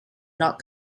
not